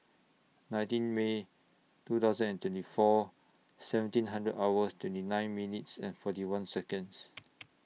nineteen May two thousand and twenty four seventeen hundred hours twenty nine minutes and forty one Seconds